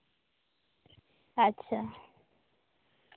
ᱟᱪᱪᱷᱟ